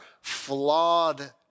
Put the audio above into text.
flawed